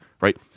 Right